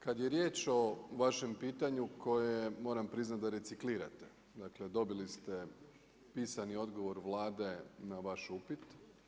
Kad je riječ o vašem pitanju koje moram priznati da reciklirate, dakle dobili ste pisani odgovor Vlade na vaš upit.